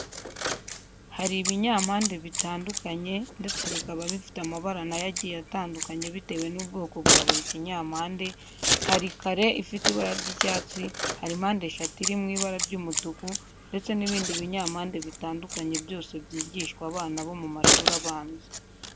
Hari ibinyampande bitandukanye ndetse bikaba bifite amabara na yo agiye atandukanye bitewe n'ubwoko bwa buri kinyampande, hari kare ifite ibara ry'icyatsi, hari mpande eshatu iri mu ibara ry'umutuku ndetse n'ibindi binyampande bitandukanye byose byigishwa abana bo mu mashuri abanza.